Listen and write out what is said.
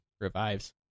Revives